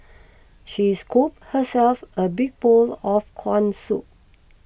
she scooped herself a big bowl of Corn Soup